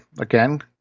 again